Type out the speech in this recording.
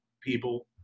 people